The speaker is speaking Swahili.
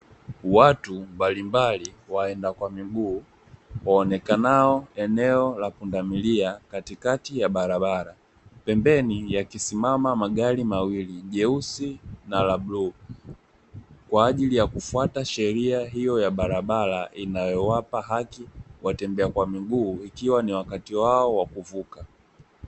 Watu mbalimbali waenda kwa miguu waonekanao eneo la punda milia katikati ya barabara, pembeni yakisimamama magari mawili jeusi na la bluu kwajili ya kufuta sheria hiyo ya barabara inayo wapa haki watembea kwa miguu ikiwa ni wakati wao kuvuka.